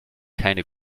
keine